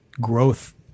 growth